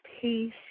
peace